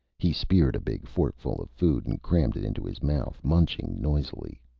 he speared a big forkful of food and crammed it into his mouth, munching noisily.